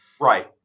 Right